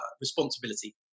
responsibility